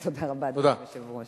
תודה רבה, אדוני היושב-ראש.